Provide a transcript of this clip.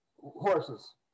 horses